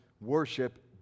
worship